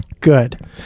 Good